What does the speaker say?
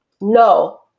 No